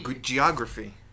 Geography